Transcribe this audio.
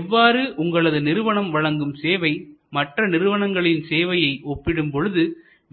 எவ்வாறு உங்களது நிறுவனம் வழங்கும் சேவை மற்ற நிறுவனங்களின் சேவையை ஒப்பிடும் பொழுது